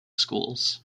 schools